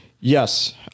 yes